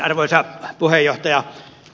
arvoisa puheenjohtaja